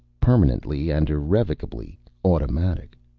permanently and irrevocably automatic.